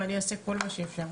ואני אעשה כל מה שאפשר.